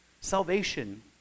Salvation